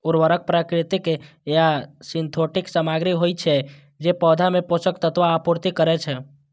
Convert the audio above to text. उर्वरक प्राकृतिक या सिंथेटिक सामग्री होइ छै, जे पौधा मे पोषक तत्वक आपूर्ति करै छै